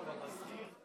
גם למזכיר?